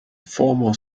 formal